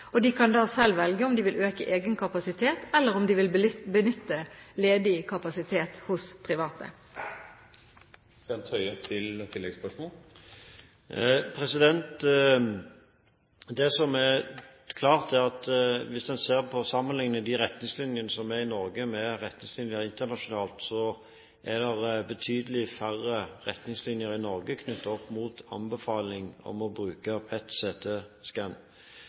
De kan da selv velge om de vil øke egen kapasitet, eller om de vil benytte ledig kapasitet hos private. Det som er klart, er at hvis en ser på og sammenligner de retningslinjene som er i Norge, med retningslinjer internasjonalt, er det betydelig færre retningslinjer i Norge knyttet opp mot anbefaling om å bruke